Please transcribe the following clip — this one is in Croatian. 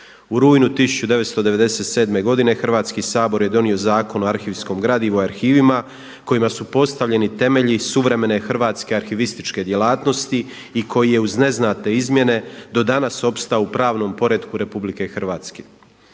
U rujnu 1997. godine Hrvatski sabor je donio Zakon o arhivskom gradivu i arhivima kojima su postavljeni temelji suvremene hrvatske arhivističke djelatnosti i koji je uz neznatne izmjene do danas opstao u pravnom poretku Republike Hrvatske.